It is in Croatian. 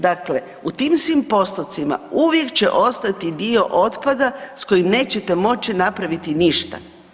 Dakle, u tim svim postupcima, uvijek će ostati dio otpada s kojim nećete moći napraviti ništa.